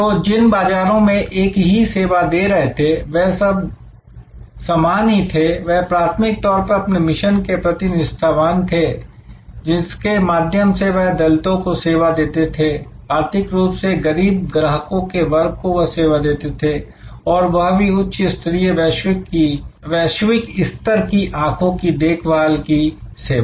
तो जिन बाजारों में वह सेवा दे रहे थे वह सब समान ही थे वह प्राथमिक तौर पर अपने मिशन के प्रति निष्ठावान थे जिसके माध्यम से वह दलितों को सेवा देते थे आर्थिक रूप से गरीब ग्राहकों के वर्ग को वह सेवा देते थे और वह भी उच्च स्तरीय वैश्विक स्तर की आंखों की देखभाल की सेवा